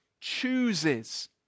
chooses